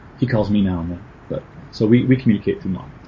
he calls me now and then but so we we communicate mom